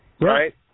Right